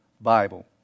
Bible